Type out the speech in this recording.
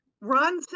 Ron